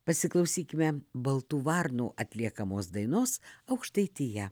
pasiklausykime baltų varnų atliekamos dainos aukštaitija